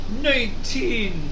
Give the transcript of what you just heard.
Nineteen